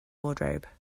wardrobe